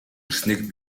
ирснийг